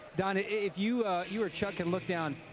don, ah if you you or chuck had looked down,